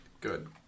good